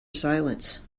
silence